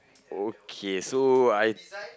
okay so I